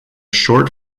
short